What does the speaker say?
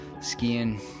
skiing